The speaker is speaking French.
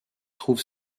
trouve